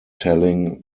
telling